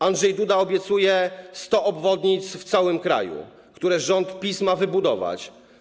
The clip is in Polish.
Andrzej Duda obiecuje 100 obwodnic w całym kraju, które rząd PiS ma wybudować.